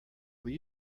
will